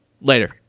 Later